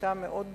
שהיתה מאוד חמה,